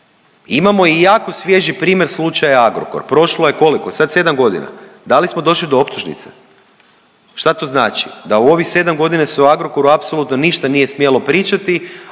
Imamo i jako svježi primjer slučaja Agrokor. Prošlo je koliko? Sad 7 godina? Da li smo došli do optužnice? Šta to znači? Da u ovih 7 godina se u Agrokoru apsolutno ništa nije smjelo pričati,